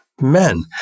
men